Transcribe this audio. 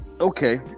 okay